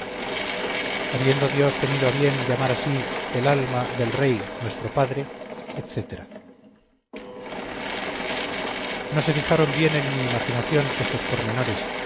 habiendo dios tenido a bien llamar para sí el alma del rey nuestro padre etc no se fijaron bien en mi imaginación estos pormenores